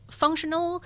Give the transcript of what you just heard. functional